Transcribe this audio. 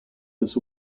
this